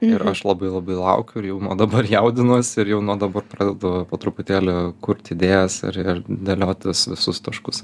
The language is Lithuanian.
ir aš labai labai laukiu ir jau nuo dabar jaudinuosi ir jau nuo dabar pradedu po truputėlį kurti idėjas ir ir dėliotis visus taškus